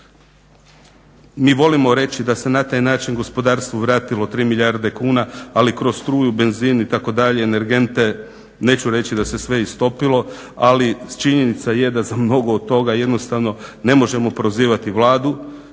Mi volimo reći da se na taj način gospodarstvu vratilo 3 milijarde kuna, ali kroz struju, benzin itd. energente, neću reći da se sve istopilo, ali činjenica je da za mnogo od toga, jednostavno ne možemo prozivati Vladu,